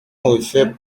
refaits